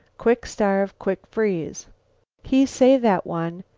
quick starve. quick freeze he say, that one,